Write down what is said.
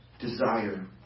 desire